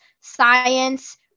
science